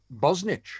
Bosnich